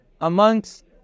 amongst